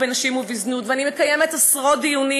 בנשים ובזנות ואני מקיימת עשרות דיונים.